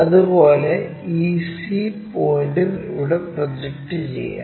അതുപോലെ ഈ c പോയിന്റും ഇവിടെ പ്രൊജക്റ്റ് ചെയ്യാം